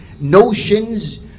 notions